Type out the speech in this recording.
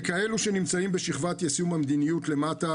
ככאלה שנמצאים בשכבת יישום המדיניות למטה,